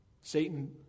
Satan